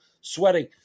sweating